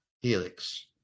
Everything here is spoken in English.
helix